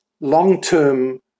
long-term